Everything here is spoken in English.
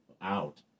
out